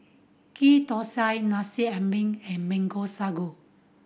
Ghee Thosai Nasi Ambeng and Mango Sago